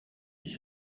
ich